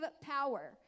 power